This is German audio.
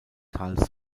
karl